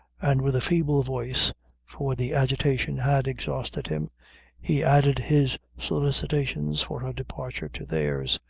and with a feeble voice for the agitation had exhausted him he added his solicitations for her departure to theirs.